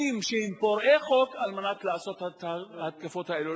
שהם פורעי חוק על מנת לעשות את ההתקפות האלה.